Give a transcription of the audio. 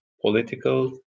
political